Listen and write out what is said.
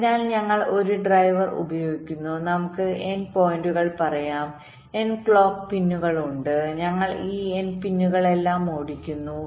അതിനാൽ ഞങ്ങൾ ഒരു ഡ്രൈവർ ഉപയോഗിക്കുന്നു നമുക്ക് N പോയിന്റുകൾ പറയാം N ക്ലോക്ക് പിന്നുകൾ ഉണ്ട് ഞങ്ങൾ ഈ N പിൻകളെല്ലാം ഓടിക്കുന്നു